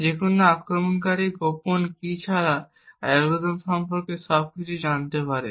যে কোনও আক্রমণকারী গোপন কী ছাড়া অ্যালগরিদম সম্পর্কে সবকিছু জানতে পারে